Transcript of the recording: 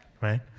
right